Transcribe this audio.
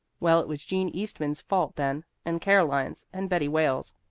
well, it was jean eastman's fault then, and caroline's, and betty wales's.